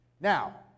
Now